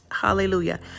Hallelujah